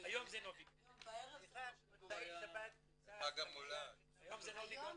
בלילה